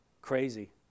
Crazy